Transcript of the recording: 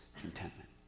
contentment